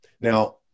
Now